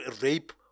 rape